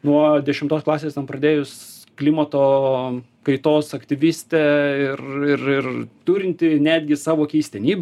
nuo dešimtos klasės ten pradėjus klimato kaitos aktyvistė ir ir ir turinti netgi savo keistenybių